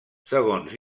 segons